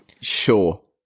sure